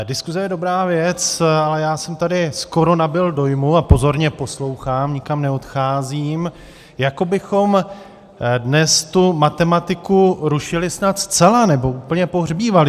Diskuze je dobrá věc, ale já jsem tady skoro nabyl dojmu a pozorně poslouchám, nikam neodcházím jako bychom dnes tu matematiku rušili snad zcela, nebo úplně pohřbívali.